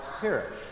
perish